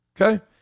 Okay